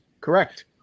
Correct